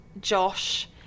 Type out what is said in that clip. Josh